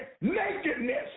nakedness